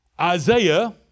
Isaiah